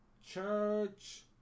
church